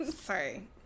Sorry